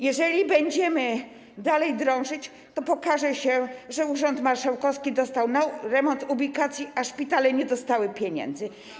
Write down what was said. Jeżeli będziemy dalej drążyć, to okaże się, że urząd marszałkowski dostał na remont ubikacji, a szpitale nie dostały pieniędzy.